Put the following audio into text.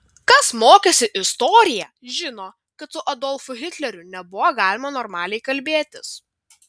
kas mokėsi istoriją žino kad su adolfu hitleriu nebuvo galima normaliai kalbėtis